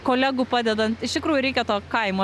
kolegų padedant iš tikrųjų reikia to kaimo